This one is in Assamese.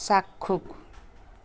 চাক্ষুষ